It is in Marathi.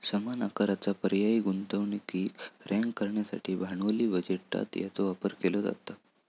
समान आकाराचा पर्यायी गुंतवणुकीक रँक करण्यासाठी भांडवली बजेटात याचो वापर केलो जाता